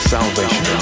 Salvation